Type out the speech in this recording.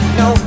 no